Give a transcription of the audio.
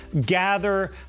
gather